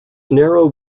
narrow